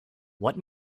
what